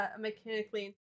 mechanically